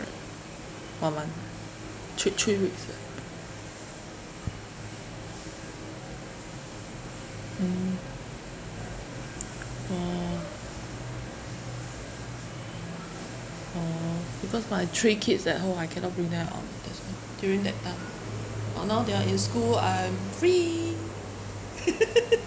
one month three three weeks ah mm oh oh because my three kids at home I cannot bring them out that's why during that time uh now they are in school I'm free